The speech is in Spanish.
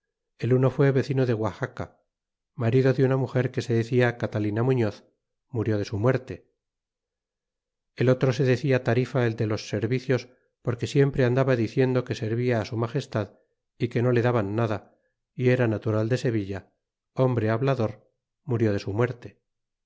el uno fué vecino de guaxaca marido de una muger que se decia catalina muñoz murió de su muerte el otro se decia tarifa el de los servicios porque siempre andaba diciendo que servia s al é que no le daban nada y era natural de sevilla hombre hablador murió de su muerte